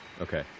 Okay